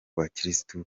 bakirisitu